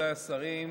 רבותיי השרים,